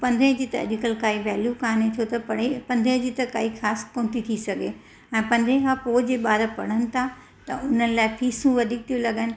पंदिरहें जी त अॼुकल्ह काई वैल्यू काने छो त पढ़ाई पंदिरहें जी त काई ख़ासि कोन थी थी सघे ऐं पंदिरहें खां पोइ जे ॿार पढ़नि था त उन्हनि लाइ फीसियूं वधीक थियूं लॻनि